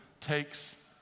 takes